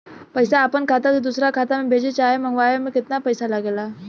पैसा अपना खाता से दोसरा खाता मे भेजे चाहे मंगवावे में केतना पैसा लागेला?